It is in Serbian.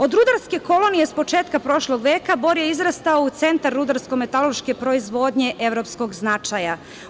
Od rudarske kolonije s početka prošlog veka, Bor je izrastao u centar rudarsko-metalruške proizvodnje evropskog značaja.